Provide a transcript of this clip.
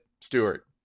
Stewart